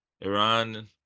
iran